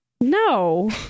No